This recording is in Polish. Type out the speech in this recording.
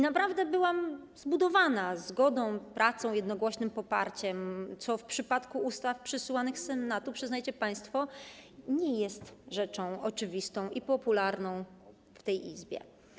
Naprawdę byłam zbudowana zgodą, pracą, jednogłośnym poparciem, co w przypadku ustaw przysyłanych z Senatu, przyznajcie państwo, nie jest rzeczą oczywistą i popularną w tej Izbie.